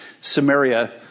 Samaria